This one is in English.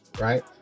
right